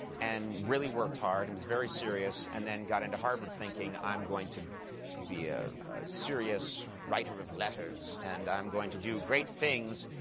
and really worked hard, and was very serious, and then got into harvard thinking i'm going to be a serious writer of letters, and i'm going to do great things!